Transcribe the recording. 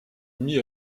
mis